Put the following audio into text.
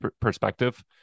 perspective